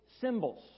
symbols